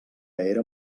era